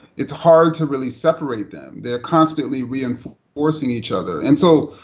it's hard to really separate them. they are constantly reinforcing each other. and so,